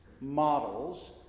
models